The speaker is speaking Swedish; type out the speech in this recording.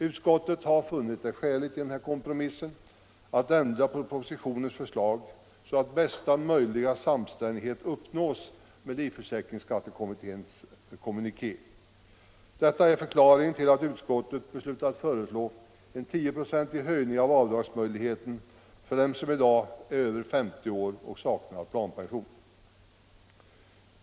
Utskottet har i denna kompromiss funnit det skäligt att ändra på propositionens förslag så att bästa möjliga samstämmighet uppnås med livförsäkringsskattekommitténs kommuniké. Detta är förklaringen till att utskottet beslutat föreslå en 10-procentig ökning av avdragsmöjligheten för den som i dag är över 50 år och saknar planpension.